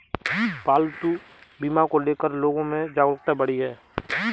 पालतू बीमा को ले कर लोगो में जागरूकता बढ़ी है